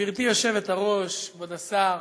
גברתי היושבת-ראש, כבוד השר,